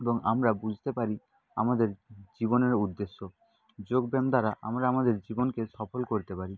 এবং আমরা বুঝতে পারি আমাদের জীবনের উদ্দেশ্য যোগব্যায়াম দ্বারা আমরা আমাদের জীবনকে সফল করতে পারি